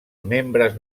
membres